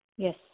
Yes